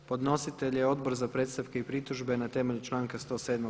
Podnositelj je Odbor za predstavke i pritužbe na temelju članka 107.